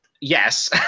yes